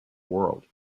world